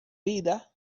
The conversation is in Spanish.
vida